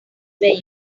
were